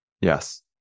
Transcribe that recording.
Yes